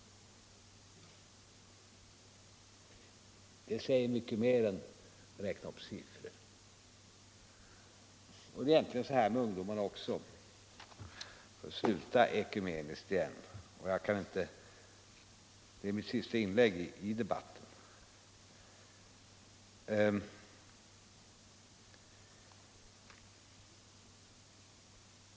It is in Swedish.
Det säger mycket mer än att räkna upp siffror. Detsamma gäller egentligen ungdomsproblemen också — för att sluta ekumeniskt. Det här är mitt sista inlägg i debatten.